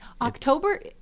October